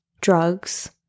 drugs